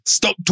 stop